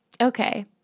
Okay